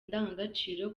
ndangagaciro